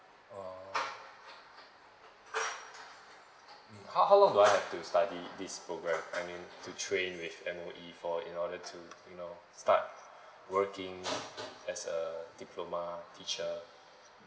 oh mm how how long do I have to study this program I mean to train with M_O_E for in order to you know start working as a diploma teacher